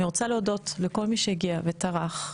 אני רוצה להודות לכל מי שהגיע וטרח.